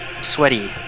sweaty